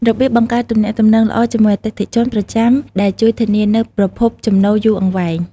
របៀបបង្កើតទំនាក់ទំនងល្អជាមួយអតិថិជនប្រចាំដែលជួយធានានូវប្រភពចំណូលយូរអង្វែង។